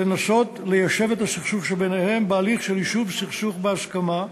לנסות ליישב את הסכסוך שביניהם בהליך של יישוב סכסוך בהסכמה,